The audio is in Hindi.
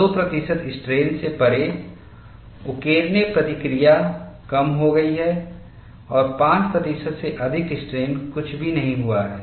2 प्रतिशत स्ट्रेन से परे उकेरने प्रतिक्रिया कम हो गई है और 5 प्रतिशत से अधिक स्ट्रेन कुछ भी नहीं हुआ है